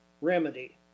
Remedy